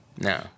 no